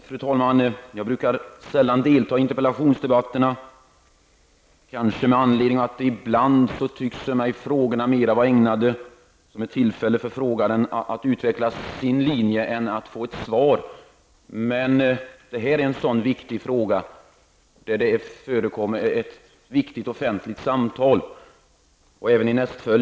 Fru talman! Jag brukar sällan delta i interpellationsdebatterna, kanske därför att frågorna ibland tycks mig mera vara ägnade som ett tillfälle för frågaren att utveckla sin linje än som ett tillfälla att få ett svar. Men den här interpellationen, liksom nästa, gäller en fråga där det förekommer ett viktigt offentligt samtal.